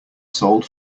sold